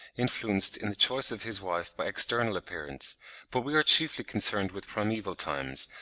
influenced in the choice of his wife by external appearance but we are chiefly concerned with primeval times,